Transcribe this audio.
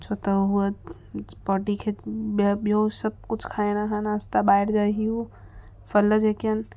छो त हुअ बॉडी खे ॿ ॿियो सभु कुझु खाइण खां नाशता ॿाहिरि जा ई हू फ़ल जेके आहिनि